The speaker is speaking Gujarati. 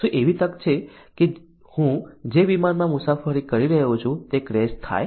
શું એવી તક છે કે હું જે વિમાનમાં મુસાફરી કરી રહ્યો છું તે ક્રેશ થાય